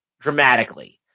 dramatically